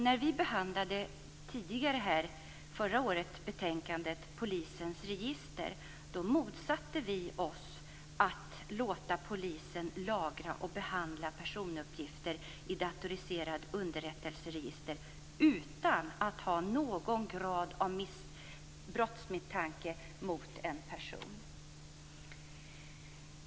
När vi förra året behandlade betänkandet Polisens register motsatte vi oss förslaget att låta polisen lagra och behandla personuppgifter i datoriserade underrättelseregister utan att ha någon grad av brottsmisstanke mot en person.